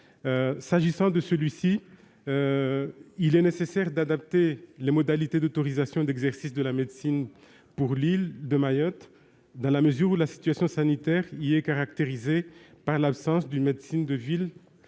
Le présent amendement vise à adapter les modalités d'autorisation d'exercice de la médecine pour l'île de Mayotte dans la mesure où la situation sanitaire y est caractérisée par l'absence d'une médecine de ville